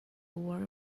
world